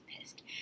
pissed